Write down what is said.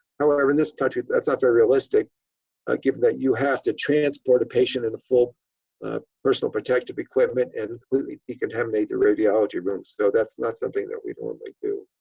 however, in this country that's not very realistic ah given that you have to transport a patient in the full ah personal protective equipment and completely decontaminate the radiology rooms. so that's not something that we normally do.